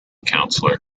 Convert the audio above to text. councillor